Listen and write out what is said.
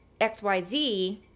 XYZ